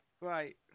right